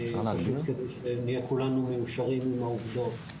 כדי שנהיה כולנו מיושרים עם העובדות.